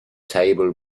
table